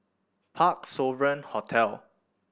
Parc Sovereign Hotel